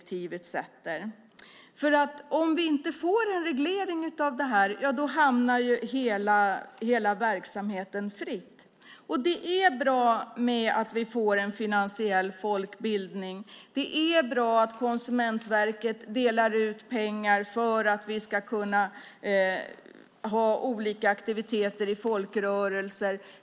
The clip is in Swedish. Om vi inte får en reglering av det här blir ju hela verksamheten fri. Det är bra att vi får en finansiell folkbildning. Det är bra att Konsumentverket delar ut pengar för att vi ska kunna ha olika aktiviteter i folkrörelser.